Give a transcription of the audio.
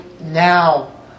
now